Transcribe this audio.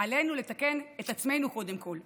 עלינו לתקן את עצמנו, קודם כול,